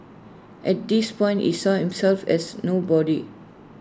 at this point he saw himself as nobody